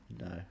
No